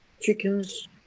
chickens